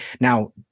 Now